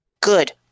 Good